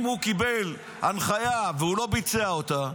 אם הוא קיבל הנחיה והוא לא ביצע אותה,